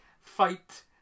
fight